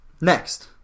Next